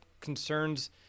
concerns